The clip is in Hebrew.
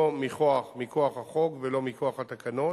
לא מכוח החוק ולא מכוח התקנות